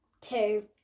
two